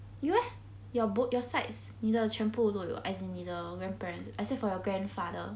you eh your both your sides 你的全部都有 as in 你的 grandparents except for your grandfather